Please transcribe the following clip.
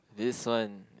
this one